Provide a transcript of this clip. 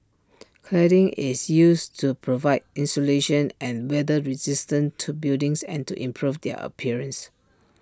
cladding is used to provide insulation and weather resistance to buildings and to improve their appearance